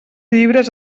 llibres